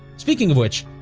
speaking of which,